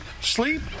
sleep